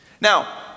Now